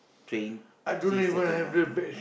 twenty September